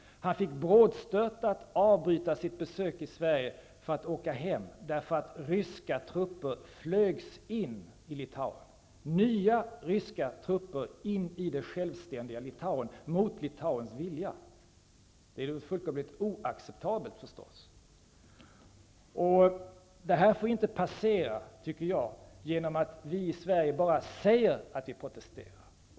Han fick brådstörtat avbryta sitt besök i Sverige och åka hem, därför att ryska trupper flögs in i Litauen. Nya ryska trupper in i det självständiga Litauen mot Litauens vilja! Det är förstås fullkomligt oacceptabelt. Detta får inte passera, tycker jag, genom att vi i Sverige bara säger att vi protesterar.